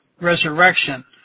resurrection